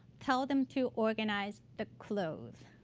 tell them to organize the clothes.